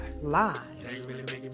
Live